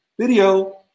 video